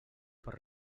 per